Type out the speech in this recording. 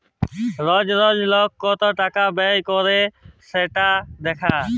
রজ রজ লক কত টাকা ব্যয় ক্যইরবেক সেট দ্যাখা